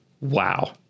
Wow